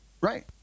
Right